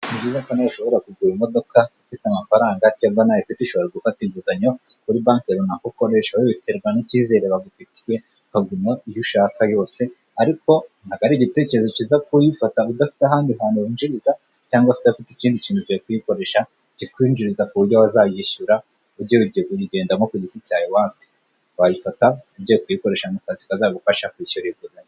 Nibyiza ko nawe ushobora kugura imodoka ufite amafaranga cyangwa ntayo ufite ushobora gufata inguzanyo kuri banki runaka ukoresha , ahubwo biterwa tn'icyizere bagufitiye ukagura iyo ushaka yose ariko ntabwo ari igitekerezo cyiza kuyifata udafite ahandi hantu winjiriza cyangwa se udafite ikindi kintu cyo kuyikoresha kikwinjiriza ku buryo wazayishyura ugiye ugiye kuyigendamo ku giti cyawe wapi ,wayifata ugiye kuyikoresha mu kazi kazagufasha kwishyura inguzanyo.